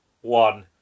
one